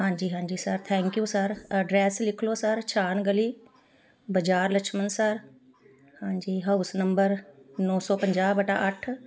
ਹਾਂਜੀ ਹਾਂਜੀ sir thank you sir address ਲਿਖ ਲਉ ਸਰ ਸ਼ਾਨ ਗਲੀ ਬਾਜ਼ਾਰ ਲਛਮਣ ਸਰ ਹਾਂਜੀ ਹਾਊਸ ਨੰਬਰ ਨੌ ਸੌ ਪੰਜਾਹ ਵਟਾ ਅੱਠ